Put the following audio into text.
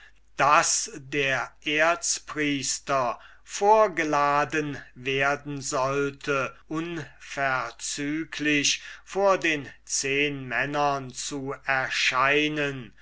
daß der erzpriester vorgeladen werden sollte unverzüglich vor den zehnmännern zu erscheinen